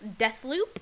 Deathloop